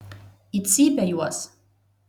į cypę juos